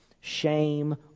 shame